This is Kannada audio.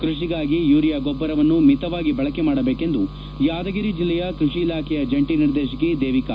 ಕೃಷಿಗಾಗಿ ಯೂರಿಯಾ ಗೊಬ್ಬರವನ್ನು ಮಿತವಾಗಿ ಬಳಕೆ ಮಾಡಬೇಕೆಂದು ಯಾದಗಿರಿ ಜಿಲ್ಲೆಯ ಕೃಷಿ ಇಲಾಖೆಯ ಜಂಟಿ ನಿರ್ದೇಶಕಿ ದೇವಿಕಾ